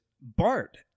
Bart